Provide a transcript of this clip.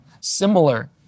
similar